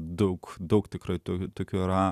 daug daug tikrai tų tokių yra